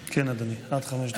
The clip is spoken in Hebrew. כן, אדוני, עד חמש דקות לרשותך.